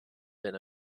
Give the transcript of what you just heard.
been